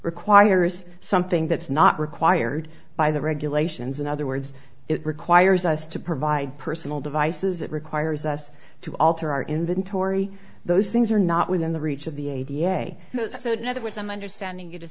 requires something that's not required by the regulations in other words it requires us to provide personal devices that requires us to alter our inventory those things are not within the reach of the a b a so now the words i'm understanding you